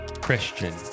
Christian